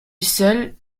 seul